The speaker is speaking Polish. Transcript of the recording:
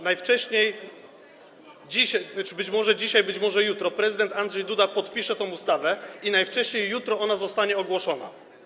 Najwcześniej dzisiaj - być może dzisiaj, być może jutro - prezydent Andrzej Duda podpisze tę ustawę i najwcześniej jutro ona zostanie ogłoszona.